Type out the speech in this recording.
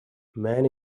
man